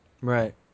Right